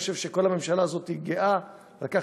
אני חושב שכל הממשלה הזאת גאה על כך